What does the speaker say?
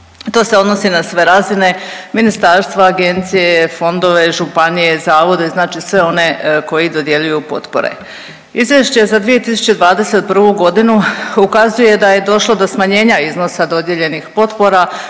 To se odnosi na sve razine, ministarstva, agencije, fondove, županije, zavode, znači sve one koji dodjeljuju potpore. Izvješće za 2021. g. ukazuje da je došlo do smanjenja iznosa dodijeljenih potpora